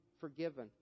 forgiven